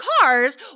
cars